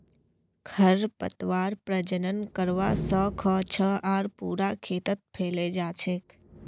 खरपतवार प्रजनन करवा स ख छ आर पूरा खेतत फैले जा छेक